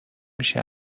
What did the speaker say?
میشی